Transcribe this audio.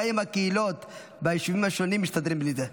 גם אם הקהילות ביישובים השונים מסתדרים בלי זה.